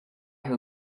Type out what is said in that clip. her